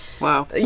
Wow